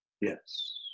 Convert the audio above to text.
Yes